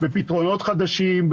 בפתרונות חדשים,